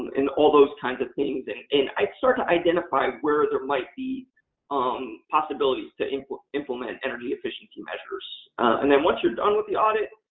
and all those kinds of things. and and i'd start to identify where there might be um possibilities to implement implement energy efficiency measures. and then, once you're done with the audit,